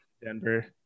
Denver